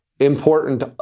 Important